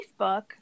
Facebook